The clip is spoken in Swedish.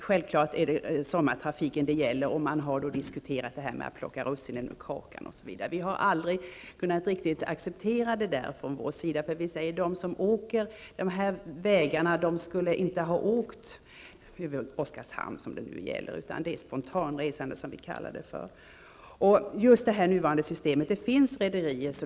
Herr talman! Det gäller självfallet sommartrafiken. Man har diskuterat detta med att plocka russinen ur kakan, men vi har aldrig kunnat acceptera det. De som har åkt till Gotland från Oskarshamn skulle inte ha åkt från något annat ställe, utan de har rest spontant.